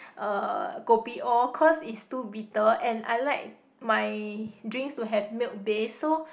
uh kopi O cause is too bitter and I like my drinks to have milk base so